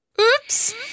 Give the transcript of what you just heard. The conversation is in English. Oops